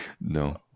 No